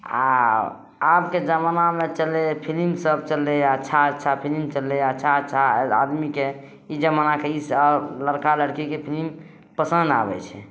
आ आबके जबानामे चललै फिलिम सब चललै अच्छा अच्छा फिलिम चललै अच्छा अच्छा आदमीके ई जबानाके ई सब लड़का लड़कीके फिलिम पसन्न आबैत छै